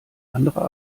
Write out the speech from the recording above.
anderer